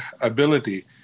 ability